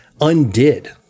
undid